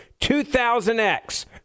2000X